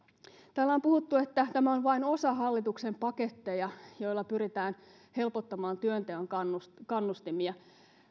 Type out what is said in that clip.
täällä on puhuttu että tämä on vain osa hallituksen paketteja joilla pyritään helpottamaan työnteon kannustimia kannustimia